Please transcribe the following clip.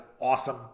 awesome